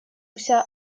вся